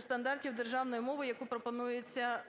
стандартів державної мови, яку пропонується